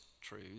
true